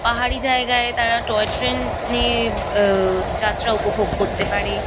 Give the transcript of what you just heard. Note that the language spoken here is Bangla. পাহাড়ি জায়গায় তারা টয় ট্রেন এ যাত্রা উপভোগ করতে পারে